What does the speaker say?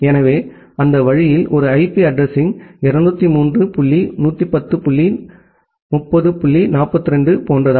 எனவே அந்த வழியில் ஒரு IP addressing 203 dot dot 30 dot 42 போன்றது